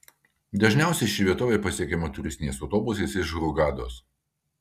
dažniausiai ši vietovė pasiekiama turistiniais autobusais iš hurgados